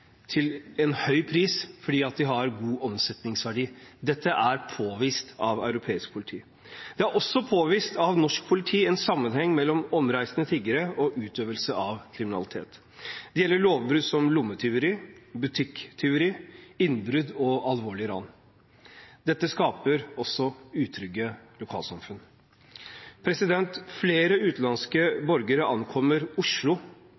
til en høy pris, fordi de har god omsetningsverdi. Dette er påvist av europeisk politi. Det er også påvist, av norsk politi, en sammenheng mellom omreisende tiggere og utøvelse av kriminalitet. Det gjelder lovbrudd som lommetyveri, butikktyveri, innbrudd og alvorlige ran. Dette skaper også utrygge lokalsamfunn. Flere utenlandske borgere ankommer Oslo,